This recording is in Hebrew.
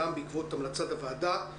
גם בעקבות המלצת הוועדה.